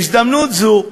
בהזדמנות זו,